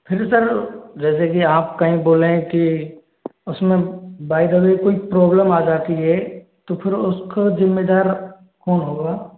फिर सर जैसे कि आप कहीं बोलें कि उसमें बाई द वे कोई प्रोब्लम आ जाती है तो फिर उसको ज़िम्मेदार कौन होगा